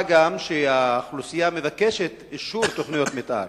מה גם שהאוכלוסייה מבקשת אישור תוכניות מיתאר